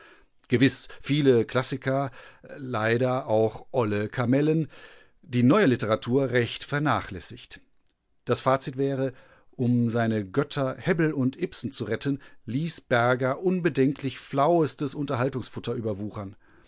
gewiß viele klassiker leider auch olle camellen die neue litteratur recht vernachlässigt das fazit wäre um seine götter hebbel und ibsen zu retten ließ berger unbedenklich flauestes unterhaltungsfutter überwuchern